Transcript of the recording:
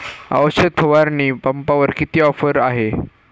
औषध फवारणी पंपावर किती ऑफर आहे?